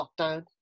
lockdown